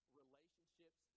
relationships